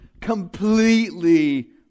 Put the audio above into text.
completely